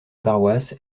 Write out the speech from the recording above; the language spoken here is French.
paroisse